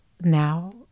now